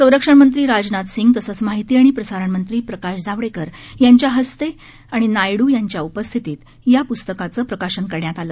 संरक्षणमंत्री राजनाथसिंह तसंच माहिती आणि प्रसारणमंत्री प्रकाश जावडेकर यांच्या हस्ते आणि नायडू यांच्या उपस्थितीत या पुस्तकाचं प्रकाशन करण्यात आलं